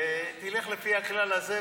תלך לפי הכלל הזה,